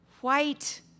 white